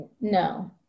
no